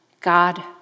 God